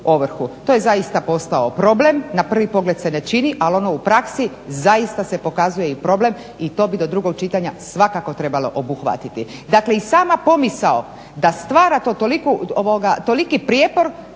To je zaista postao problem. Na prvi pogled se ne čini, ali ono u praksi zaista se pokazuje i problem i to bi do drugog čitanja svakako trebalo obuhvatiti. Dakle i sama pomisao da stvara to toliki prijepor